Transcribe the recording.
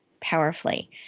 powerfully